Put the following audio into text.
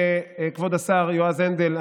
כבוד השר יועז הנדל,